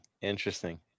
Interesting